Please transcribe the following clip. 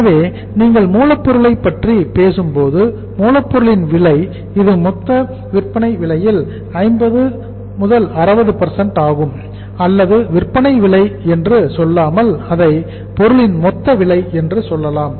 எனவே நீங்கள் மூலப்பொருளை பற்றி பேசும்போது மூலப் பொருளின் விலை இது மொத்த விற்பனை விலையில் 50 60 ஆகும் அல்லது விற்பனை விலை என்று சொல்லாமல் அதை பொருளின் மொத்த விலை என்று சொல்லலாம்